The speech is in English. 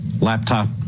Laptop